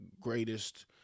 greatest